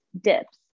dips